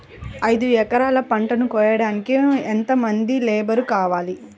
ఐదు ఎకరాల పంటను కోయడానికి యెంత మంది లేబరు కావాలి?